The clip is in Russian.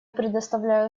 предоставляю